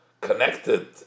connected